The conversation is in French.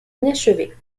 inachevé